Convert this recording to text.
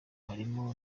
harimo